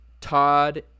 Todd